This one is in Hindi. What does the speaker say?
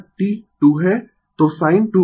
तो sin 2 ω t